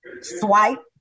swipe